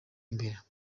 imbere